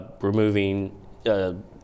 removing